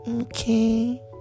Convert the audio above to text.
okay